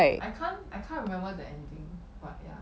I can't I can't remember the ending but yeah